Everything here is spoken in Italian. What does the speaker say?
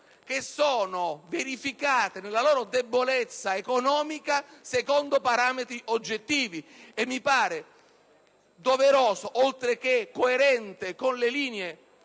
che sono verificate nella loro debolezza economica secondo parametri oggettivi. Mi pare doveroso, oltre che coerente con le linee